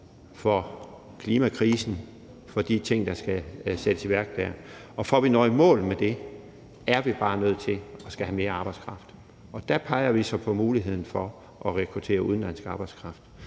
for klimakrisen og for de ting, der skal sættes i værk der. For at vi når i mål med det, er vi bare nødt til at skulle have mere arbejdskraft, og der peger vi så på muligheden for at rekruttere udenlandsk arbejdskraft.